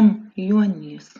m juonys